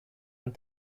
and